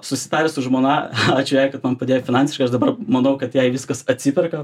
susitaręs su žmona ačiū jai kad man padėjo finansiškai aš dabar manau kad jei viskas atsiperka